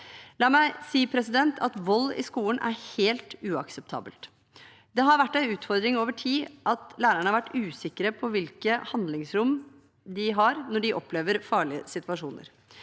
på sin arbeidsplass. Vold i skolen er helt uakseptabelt. Det har vært en utfordring over tid at lærerne har vært usikre på hvilket handlingsrom de har når de opplever farlige situasjoner.